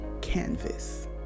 canvas